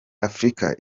africa